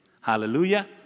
Hallelujah